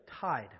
tied